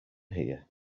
here